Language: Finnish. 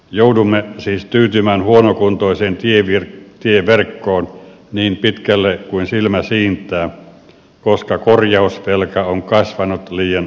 joudumme siis tyytymään huonokuntoiseen tieverkkoon niin pitkälle kuin silmä siintää koska korjausvelka on kasvanut liian suureksi